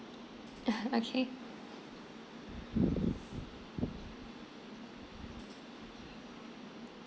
okay